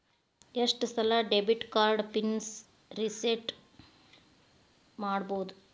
ಎಷ್ಟ ಸಲ debit card pin reset ಮಾಡಬೋದು